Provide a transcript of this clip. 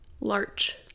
Larch